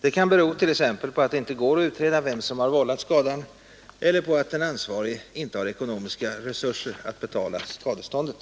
Det kan bero t.ex. på att det inte går att utreda vem som har vållat skadan eller på att den ansvarige inte har ekonomiska resurser att betala skadeståndet.